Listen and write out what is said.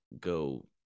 go